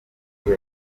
wese